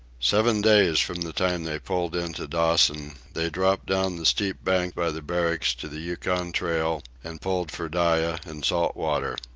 seven days from the time they pulled into dawson, they dropped down the steep bank by the barracks to the yukon trail, and pulled for dyea and salt water.